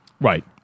Right